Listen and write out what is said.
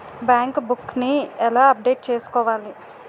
Bank book నీ ఎలా update చేసుకోవాలి?